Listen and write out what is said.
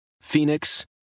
Phoenix